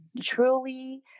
Truly